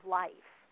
life